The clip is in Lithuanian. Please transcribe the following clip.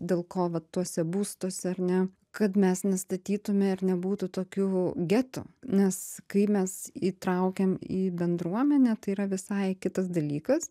dėl ko va tuose būstuose ar ne kad mes nestatytume ir nebūtų tokių getų nes kai mes įtraukiam į bendruomenę tai yra visai kitas dalykas